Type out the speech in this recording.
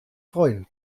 freuen